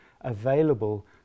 available